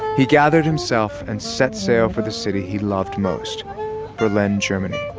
he gathered himself and set sail for the city he loved most berlin, germany.